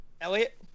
Elliot